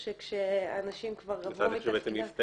או שכשאנשים כבר עברו מתפקידם --- זה תהליך שבעצם הסתיים.